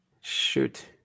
shoot